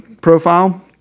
profile